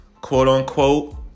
quote-unquote